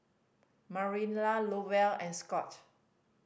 Mariela Lowell and Scott